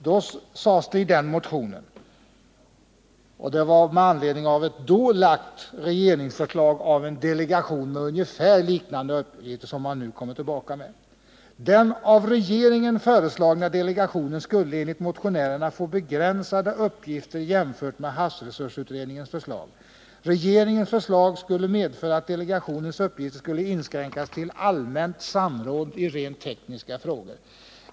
I den motionen anfördes — med anledning av ett då framlagt regeringsförslag om en delegation med ungefär liknande uppgifter som den man nu kommer tillbaka med — att den av regeringen föreslagna delegationen skulle få begränsade uppgifter jämfört med havsresursutredningens förslag. Regeringens förslag skulle, sades det vidare, medföra att delegationens uppgift skulle inskränkas till allmänt samråd i rent tekniska frågor.